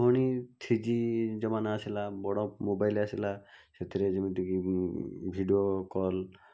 ପୁଣି three G ଜମାନା ଆସିଲା ବଡ଼ ମୋବାଇଲ୍ ଆସିଲା ସେଥିରେ ଯେମିତିକି ଭିଡ଼ିଓ କଲ୍